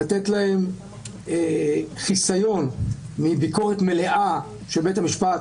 לתת להן חיסיון מביקורת מלאה של בית המשפט,